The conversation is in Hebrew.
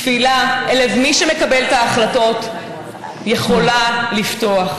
תפילה אל לב מי שמקבל את ההחלטות יכולה לפתוח.